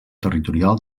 territorial